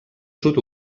sud